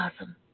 awesome